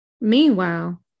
Meanwhile